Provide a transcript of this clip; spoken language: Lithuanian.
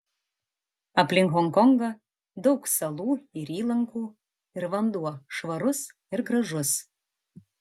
aplink honkongą daug salų ir įlankų ir vanduo švarus ir gražus